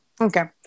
Okay